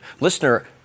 Listener